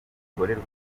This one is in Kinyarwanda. bikorerwa